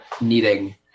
needing